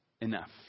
enough